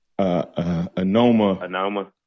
Anoma